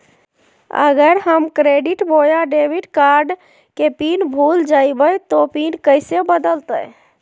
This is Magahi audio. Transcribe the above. अगर हम क्रेडिट बोया डेबिट कॉर्ड के पिन भूल जइबे तो पिन कैसे बदलते?